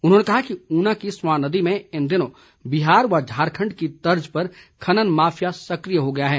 उन्होंने कहा कि ऊना कि स्वां नदी में इन दिनों बिहार व झारखण्ड की तर्ज पर खनन माफिया सक्रिय हो गया है